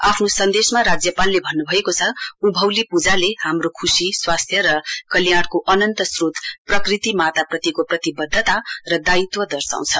आफ्नो सन्देशमा राज्यपालले भन्नुभएको छ उभौली पूजाले हाम्रो खुशी स्वास्थ्य र कल्याणको अनन्त श्रोत प्रकृति माताप्रतिको प्रतिवध्यता र दायित्व दर्शाउँछ